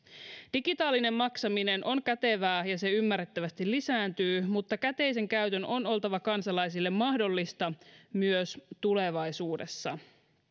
digitaalinen maksaminen on kätevää ja se ymmärrettävästi lisääntyy mutta käteisen käytön on oltava kansalaisille mahdollista myös tulevaisuudessa